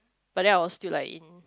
but then I was still like in